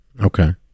Okay